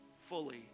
fully